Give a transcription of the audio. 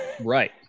Right